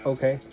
Okay